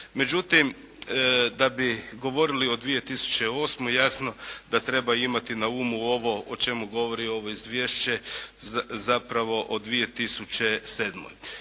Međutim, da bi govorili o 2008., jasno da treba imati na umu ovo o čemu govori ovo izvješće, zapravo za 2007.